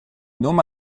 nome